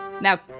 Now